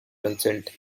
consent